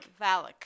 Valak